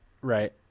Right